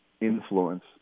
influence